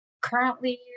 Currently